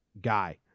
Guy